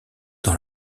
dans